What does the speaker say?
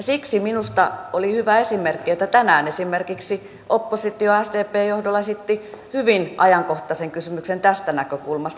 siksi minusta oli hyvä esimerkki että tänään esimerkiksi oppositio sdpn johdolla esitti hyvin ajankohtaisen kysymyksen tästä näkökulmasta